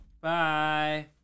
Bye